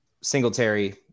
Singletary